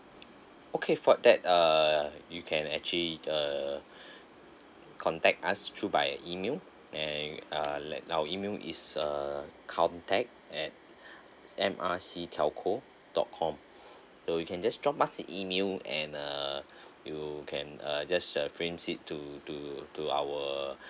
okay for that uh you can actually uh contact us through by email and uh let our email is uh count tag at M_R_C telco dot com so you can just drop us an email and uh you can err just uh frames it to to to our